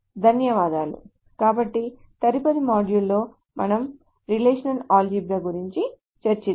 ధన్యవాదాలు కాబట్టి తదుపరి మాడ్యూల్లో మనము రిలేషనల్ ఆల్జీబ్రా గురించి చర్చిద్దాము